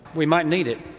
we might need it.